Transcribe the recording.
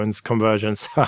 conversions